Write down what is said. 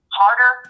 harder